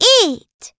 eat